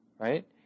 Right